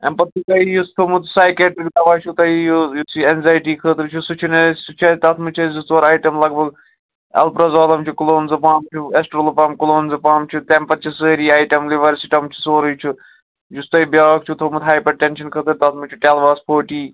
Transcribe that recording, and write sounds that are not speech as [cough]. اَمہِ پَتہٕ چھُو تۄہہِ یُس تھوٚومُت سایکیٹرک دوا چھُو تۄہہِ یہِ یُس یہِ اینٛزایٹی خٲطرٕ چُھ سُہ چھِنہٕ اَسہِ سُہ چھُ اَسہِ تَتھ منٛز چھِ اَسہِ زٕ ژور آیٹَم لگ بَگ ایٚلپروزالَم چھُ کلومزٕپام چھُ ایٚسٹرولٕپام کُلونزٕپام چھُ تَمہِ چھِ چھِ سٲری آیِٹَم [unintelligible] سورُے چھُ یُس تۄہہِ بیٛاکھ چھُو تھوٚومُت ہایپَر ٹینشَن خٲطرٕ تَتھ منٛز چھُ ڈیلواس فورٹی